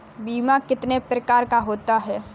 बीमा कितने प्रकार का होता है?